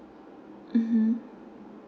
mmhmm